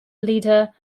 leader